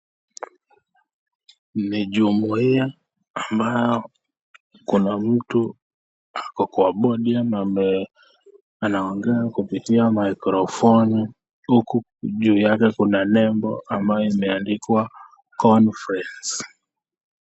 Ni jumuia ambayo kuna mtu ako kwa Podium anaongea kupitia microphone huku juu yake kuna nembo ambayo imeandikwa conference .